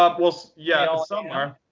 ah well, so yeah, ah some are.